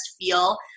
feel